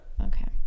Okay